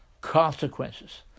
consequences